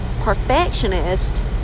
perfectionist